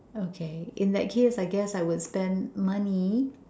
okay in that case I guess I would spend money